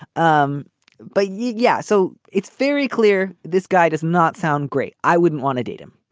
um but yeah yeah. so it's very clear this guy does not sound great. i wouldn't want to date him.